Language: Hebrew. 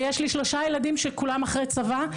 ויש לי שלושה ילדים שכולם אחרי צבא.